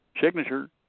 signature